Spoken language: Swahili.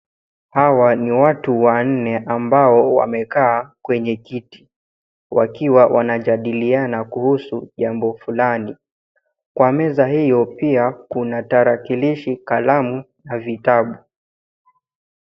Hawa ni watu wanne ambao wamekaa kwenye kiti wakiwa wanajadiliana kuhusu jambo fulani. Kwa meza hiyo pia kuna tarakilishi, kalamu na vitabu.